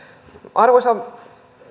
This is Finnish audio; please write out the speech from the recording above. arvoisa